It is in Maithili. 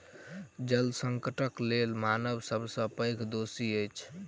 जल संकटक लेल मानव सब सॅ पैघ दोषी अछि